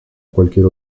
cualquier